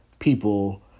people